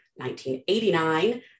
1989